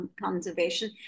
conservation